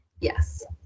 Yes